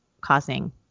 causing